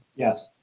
yes.